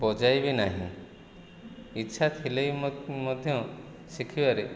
ବଜାଇ ବି ନାହିଁ ଇଚ୍ଛା ଥିଲେ ବି ମଧ୍ୟ ଶିଖିବାରେ